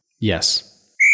Yes